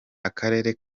akarere